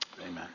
amen